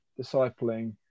discipling